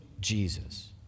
Jesus